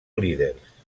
líders